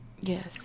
Yes